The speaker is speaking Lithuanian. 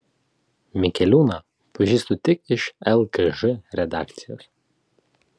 mikeliūną pažįstu tik iš lkž redakcijos